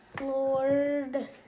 Lord